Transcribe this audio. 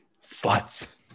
Sluts